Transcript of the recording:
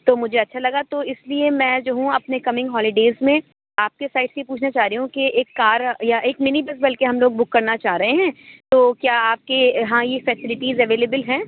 تو مجھے اچھا لگا تو اِس لیے میں جو ہوں اپنے کمنگ ہالی ڈیز میں آپ کی سائٹ سے پوچھنا چاہ رہی ہوں کہ ایک کار یا ایک مینی بس بلکہ ہم لوگ بک کرنا چاہ رہے ہیں تو کیا آپ کے ہاں یہ فیسلیٹیز اویلیبل ہیں